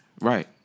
Right